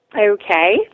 Okay